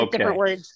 okay